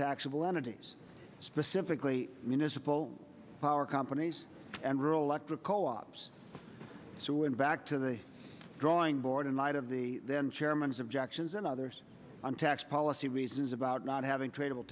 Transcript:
nontaxable entities specifically municipal power companies and rural electric co ops so when back to the drawing board in light of the then chairman's objections and others on tax policy reasons about not having tradable